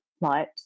light